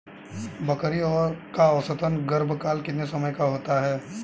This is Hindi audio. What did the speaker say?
बकरी का औसतन गर्भकाल कितने समय का होता है?